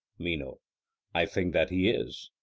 meno i think that he is.